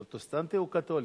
פרוטסטנטי או קתולי?